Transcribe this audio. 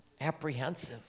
apprehensive